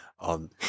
on